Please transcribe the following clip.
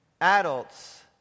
Adults